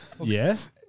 Yes